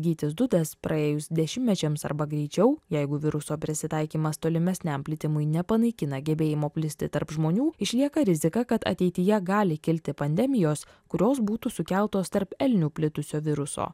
gytis dudas praėjus dešimtmečiams arba greičiau jeigu viruso prisitaikymas tolimesniam plitimui nepanaikina gebėjimo plisti tarp žmonių išlieka rizika kad ateityje gali kilti pandemijos kurios būtų sukeltos tarp elnių plitusio viruso